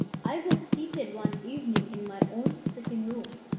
i was seated one evening in my own sitting-room,